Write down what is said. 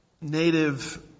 native